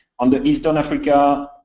on the eastern africa,